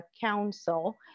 Council